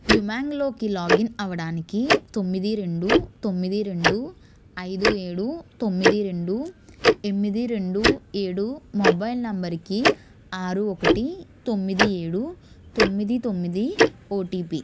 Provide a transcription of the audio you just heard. యుమాంగ్లోకి login అవ్వడానికి తొమ్మిది రెండు తొమ్మిది రెండు ఐదు ఏడు తొమ్మిది రెండు ఎనిమిది రెండు ఏడు మొబైల్ నంబరుకి ఆరు ఒకటి తొమ్మిది ఏడు తొమ్మిది తొమ్మిది ఓటీపీ